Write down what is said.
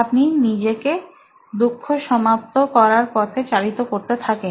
আপনি নিজেকে দুঃখ সমাপ্ত করার পথে চালিত করতে থাকেন